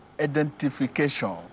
identification